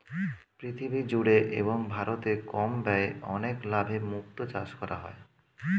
পৃথিবী জুড়ে এবং ভারতে কম ব্যয়ে অনেক লাভে মুক্তো চাষ করা হয়